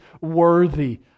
worthy